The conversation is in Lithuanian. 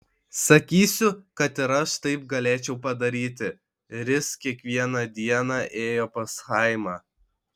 sakysiu kad ir aš taip galėčiau padaryti ris kiekvieną dieną ėjo pas chaimą